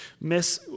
miss